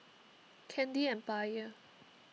Candy Empire